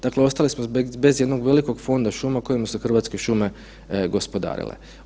Dakle, ostali smo bez jednog velikog fonda šuma kojima su Hrvatske šume gospodarile.